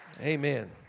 Amen